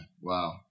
wow